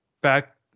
back